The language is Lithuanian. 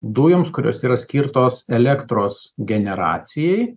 dujoms kurios yra skirtos elektros generacijai